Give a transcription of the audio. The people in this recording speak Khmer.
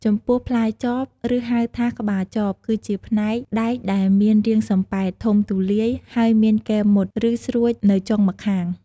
ចំពោះផ្លែចប ឬហៅថា ក្បាលចប គឺជាផ្នែកដែកដែលមានរាងសំប៉ែត ធំទូលាយ ហើយមានគែមមុត ឬស្រួចនៅចុងម្ខាង។